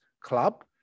club